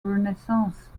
renaissance